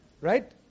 Right